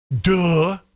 Duh